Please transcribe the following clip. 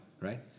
right